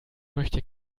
möchte